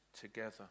together